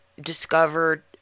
discovered